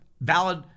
valid